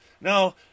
no